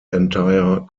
entire